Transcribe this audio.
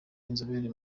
inzobere